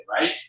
right